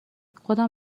خودم